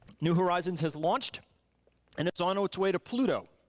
new horizons has launched and it's on its way to pluto.